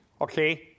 Okay